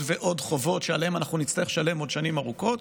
ועוד חובות שעליהם אנחנו נצטרך לשלם עוד שנים ארוכות.